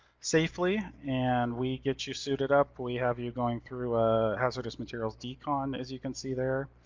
safely, and we get you suited up. we have you going through a hazardous materials decon, as you can see there,